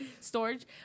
storage